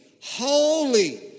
holy